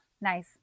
Nice